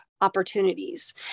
opportunities